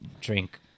drink